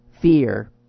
fear